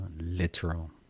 literal